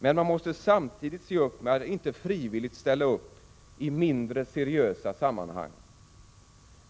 Men man måste samtidigt se upp med att inte frivilligt ställa upp i mindre seriösa sammanhang.